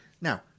now